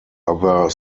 other